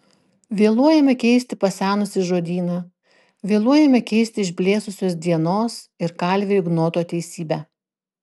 vėluojame keisti pasenusį žodyną vėluojame keisti išblėsusios dienos ir kalvio ignoto teisybę